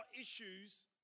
issues